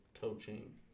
Coaching